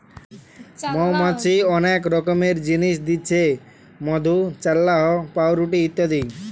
মৌমাছি অনেক রকমের জিনিস দিচ্ছে মধু, চাল্লাহ, পাউরুটি ইত্যাদি